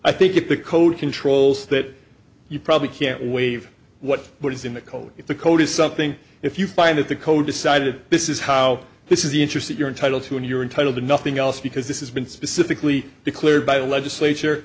i think if the code controls that you probably can't waive what what is in the code if the code is something if you find that the code decided this is how this is the interest you're entitled to and you're entitled to nothing else because this is been specifically declared by the legislature